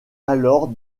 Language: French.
alors